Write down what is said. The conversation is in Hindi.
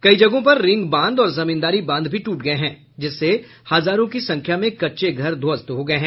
कई जगहों पर रिंग बांध और जमींदारी बांध भी टूट गये हैं जिससे हजारों की संख्या में कच्चे घर ध्वस्त हो गये हैं